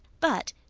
but,